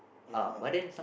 ya lah